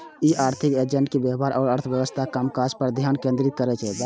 ई आर्थिक एजेंट के व्यवहार आ अर्थव्यवस्था के कामकाज पर ध्यान केंद्रित करै छै